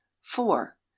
four